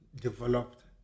developed